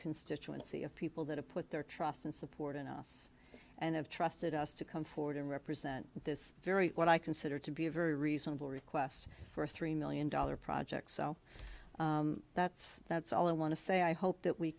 constituency of people that have put their trust and support in us and have trusted us to come forward and represent this very what i consider to be a very reasonable request for a three million dollar project so that's that's all i want to say i hope that we